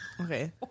Okay